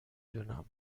دونم